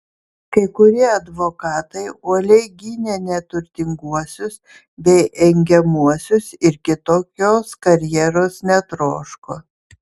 kai kurie advokatai uoliai gynė neturtinguosius bei engiamuosius ir kitokios karjeros netroško